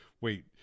Wait